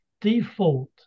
default